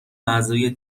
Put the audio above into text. اعضای